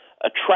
attract